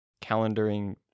calendaring